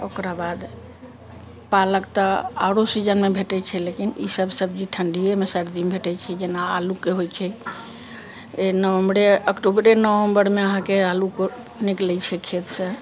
ओकरा बाद पालक तऽ आउरो सीजनमे भेटै छै लेकिन ई सभ सब्जी ठण्डियेमे सर्दीमे भेटै छै जेना आलूके होइ छै नवम्बरे अक्टूबरे नवम्बरमे अहाँके आलू क निकलै छै खेतसँ